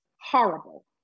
horrible